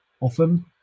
Often